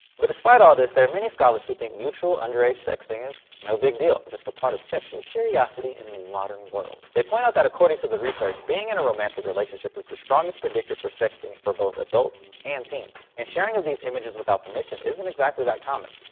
but despite all this, there are many scholars who think mutual underage sexting is, no big deal. it's just a part of sexual curiosity in the modern world. they point out that according to the research, being in a romantic relationship is the strongest predictor for sexting for both adults and teens. and sharing of these images without permission isn't exactly that common.